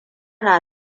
na